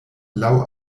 laŭ